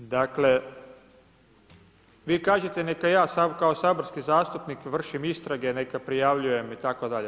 Dakle, vi kažete neka ja kao saborski zastupnik vršim istrage, neka prijavljujem itd.